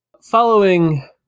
Following